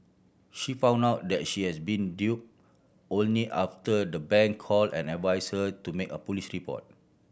she found out that she has been dupe only after the bank call and advise her to make a police report